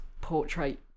portrait